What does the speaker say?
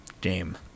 Game